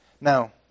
Now